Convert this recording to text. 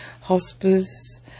hospice